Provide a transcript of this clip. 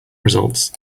results